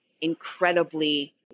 incredibly